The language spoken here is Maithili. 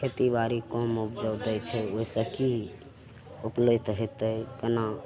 खेती बाड़ी कम उपजाउ दै छै ओहिसे कि उपलैत हेतै कोना